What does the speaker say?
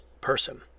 person